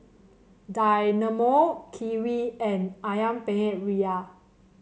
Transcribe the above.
Dynamo Kiwi and ayam Penyet Ria